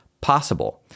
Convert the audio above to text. possible